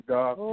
God